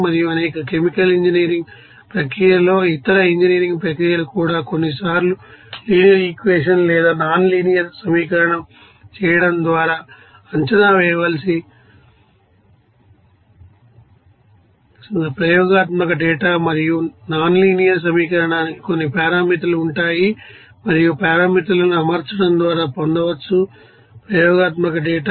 మరియు అనేక కెమికల్ఇంజనీరింగ్ ప్రక్రియలో ఇతర ఇంజనీరింగ్ ప్రక్రియలు కూడా కొన్నిసార్లు లీనియర్ ఇక్వేషన్ లేదా నాన్ లీనియర్ సమీకరణం చేయడం ద్వారా అంచనా వేయవలసిన ప్రయోగాత్మక డేటా మరియు నాన్ లీనియర్ సమీకరణానికి కొన్ని పారామితులు ఉంటాయి మరియు పారామితులను అమర్చడం ద్వారా పొందవచ్చు ప్రయోగాత్మక డేటా